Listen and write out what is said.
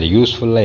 useful